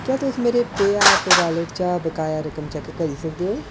क्या तुस मेरे पेऽऐप वालेट चा बकाया रकम चैक्क करी सकदे ओ